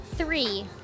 three